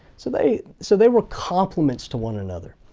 so they so they were compliments to one another.